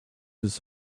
this